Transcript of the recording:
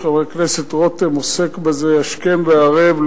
שחבר הכנסת רותם עוסק בזה השכם והערב,